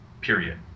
period